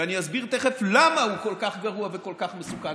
ואני אסביר תכף למה הוא כל כך גרוע וכל כך מסוכן,